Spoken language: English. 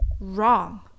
wrong